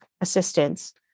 assistance